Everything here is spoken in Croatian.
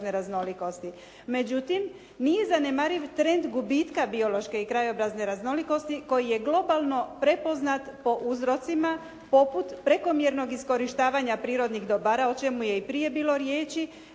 Međutim, nije zanemariv trend gubitka biološke i krajobrazne raznolikosti koji je globalno prepoznat po uzrocima poput prekomjernog iskorištavanja prirodnih dobara o čemu je i prije bilo riječi.